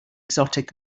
exotic